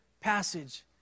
passage